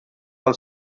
del